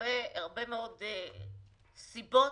הרבה מאוד סיבות,